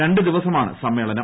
രണ്ട് ദിവസമാണ് സമ്മേളനം